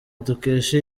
dukesha